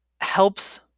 helps